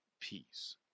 peace